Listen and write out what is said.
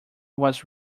was